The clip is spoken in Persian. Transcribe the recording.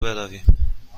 برویم